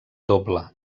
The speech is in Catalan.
doble